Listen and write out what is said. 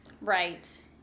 Right